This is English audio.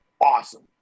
awesome